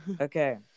Okay